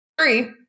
Three